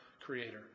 Creator